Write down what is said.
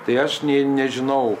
tai aš nė nežinau